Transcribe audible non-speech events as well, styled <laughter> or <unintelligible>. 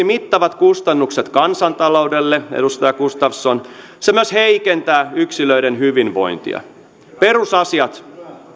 <unintelligible> mittavat kustannukset kansantaloudelle edustaja gustafsson se myös heikentää yksilöiden hyvinvointia perusasiat